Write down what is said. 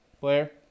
Blair